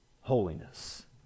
holiness